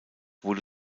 wurde